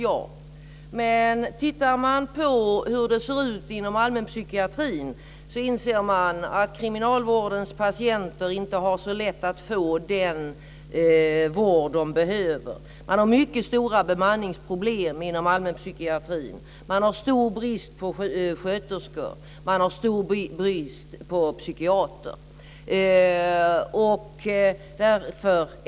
Men när man tittar på situationen inom allmänpsykiatrin inser man att kriminalvårdens patienter inte har så lätt att få den vård de behöver. Inom allmänpsykiatrin har man mycket stora bemanningsproblem. Det råder stor brist på sköterskor och psykiatrer.